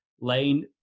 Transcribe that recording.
Lane